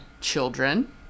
children